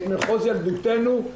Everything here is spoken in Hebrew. את מחוז ילדותנו,